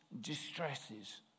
distresses